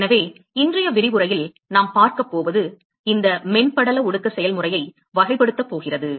எனவே இன்றைய விரிவுரையில் நாம் பார்க்கப் போவது இந்த மென் படல ஒடுக்க செயல்முறையை வகைப்படுத்தப் போகிறது